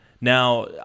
now